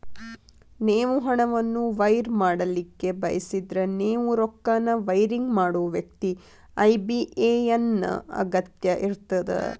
ನೇವು ಹಣವನ್ನು ವೈರ್ ಮಾಡಲಿಕ್ಕೆ ಬಯಸಿದ್ರ ನೇವು ರೊಕ್ಕನ ವೈರಿಂಗ್ ಮಾಡೋ ವ್ಯಕ್ತಿ ಐ.ಬಿ.ಎ.ಎನ್ ನ ಅಗತ್ಯ ಇರ್ತದ